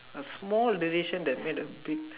a small decision that made a big